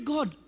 God